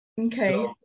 Okay